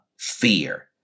Fear